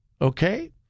Okay